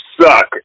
suck